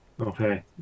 Okay